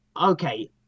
okay